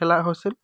খেলা হৈছিল